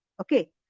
okay